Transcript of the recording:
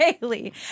Daily